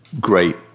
great